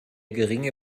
geringe